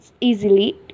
easily